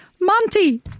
Monty